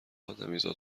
ادمیزاد